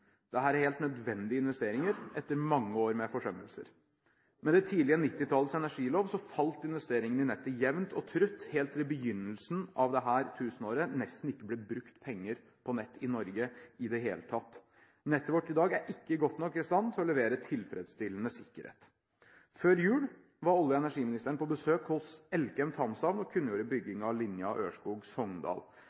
er helt nødvendige investeringer, etter mange år med forsømmelser. Med det tidlige 1990-tallets energilov falt investeringene i nettet jevnt og trutt, helt til det i begynnelsen av dette tusenåret nesten ikke ble brukt penger på nett i Norge i det hele tatt. Nettet vårt i dag er ikke godt nok i stand til å levere tilfredsstillende sikkerhet. Før jul var olje- og energiministeren på besøk hos Elkem Thamshavn og kunngjorde byggingen av